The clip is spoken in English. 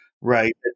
right